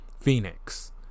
Phoenix